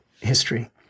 history